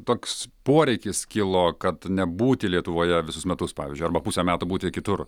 toks poreikis kilo kad nebūti lietuvoje visus metus pavyzdžiui arba pusę metų būti kitur